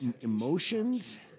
emotions